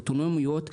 האוטונומיות,